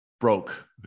broke